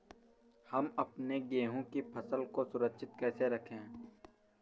हम अपने गेहूँ की फसल को सुरक्षित कैसे रखें?